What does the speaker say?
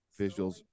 visuals